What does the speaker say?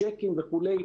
צ'קים וכולי,